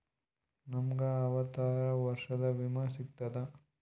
ನಮ್ ಗ ಅರವತ್ತ ವರ್ಷಾತು ವಿಮಾ ಸಿಗ್ತದಾ?